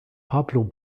pablo